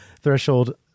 threshold